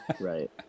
right